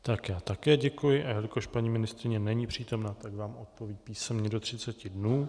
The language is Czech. Tak já také děkuji, a jelikož paní ministryně není přítomna, tak vám odpoví písemně do 30 dnů.